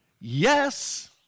Yes